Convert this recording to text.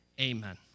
Amen